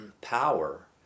power